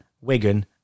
Wigan